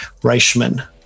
Reichman